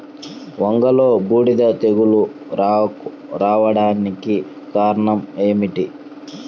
వంగలో బూడిద తెగులు రావడానికి కారణం ఏమిటి?